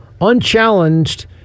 unchallenged